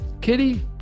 Kitty